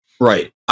Right